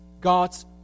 God's